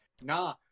nah